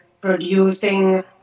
producing